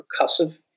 percussive